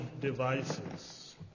devices